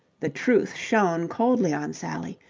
the truth shone coldly on sally.